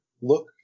look